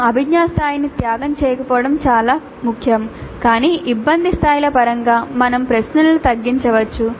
మేము అభిజ్ఞా స్థాయిని త్యాగం చేయకపోవడం చాలా ముఖ్యం కాని ఇబ్బంది స్థాయిల పరంగా మనం ప్రశ్నను తగ్గించవచ్చు